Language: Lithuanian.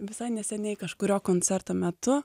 visai neseniai kažkurio koncerto metu